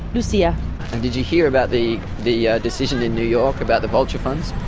lucia. and did you hear about the the decision in new york about the vulture funds?